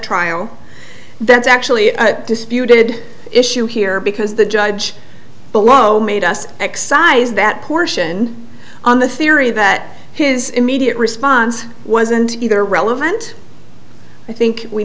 trial that's actually disputed issue here because the judge below made us excised that portion on the theory that his immediate response wasn't either relevant i think we